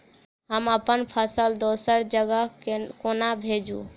हम अप्पन फसल दोसर जगह कोना भेजू?